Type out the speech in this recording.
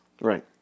Right